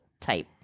type